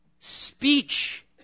speech